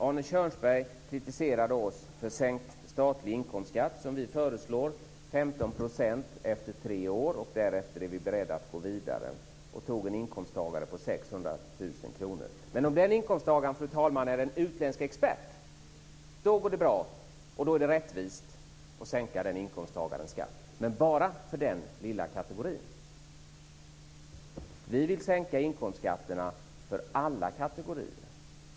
Arne Kjörnsberg kritiserade oss för sänkt statlig inkomstskatt, som vi föreslår - 15 % efter tre år, och därefter är vi beredda att gå vidare - och tog ett exempel med en person som har en inkomst på 600 000 kr. Men om den inkomsttagaren, fru talman, är en utländsk expert går det bra - då är det rättvist - att sänka skatten, men det gäller bara för den lilla kategorin. Vi vill sänka inkomstskatterna för alla kategorier.